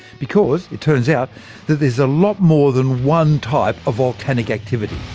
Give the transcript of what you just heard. because it turns out that there's a lot more than one type of volcanic activity!